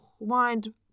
mind